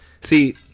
See